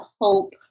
hope